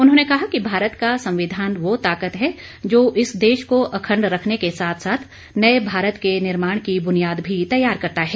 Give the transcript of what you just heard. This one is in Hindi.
उन्होंने कहा कि भारत का संविधान वह ताकत है जो इस देश को अखंड रखने के साथ साथ नए भारत के निर्माण की बुनियाद भी तैयार करता है